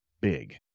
big